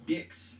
Dicks